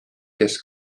kes